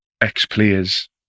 ex-players